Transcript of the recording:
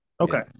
Okay